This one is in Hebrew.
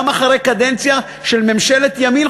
גם אחרי קדנציה של ממשלת ימין,